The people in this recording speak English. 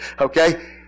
okay